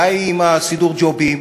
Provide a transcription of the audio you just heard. די עם סידור הג'ובים,